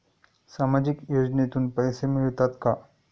सामाजिक योजनेतून पैसे मिळतात का?